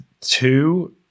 two